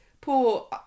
poor